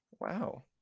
Wow